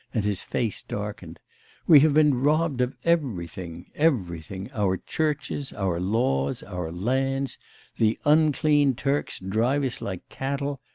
and his face darkened we have been robbed of everything everything, our churches, our laws, our lands the unclean turks drive us like cattle,